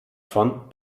von